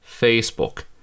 Facebook